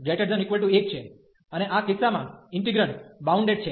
અને આ કિસ્સામાં ઈન્ટિગ્રેન્ડ બાઉન્ડેડ છે